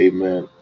Amen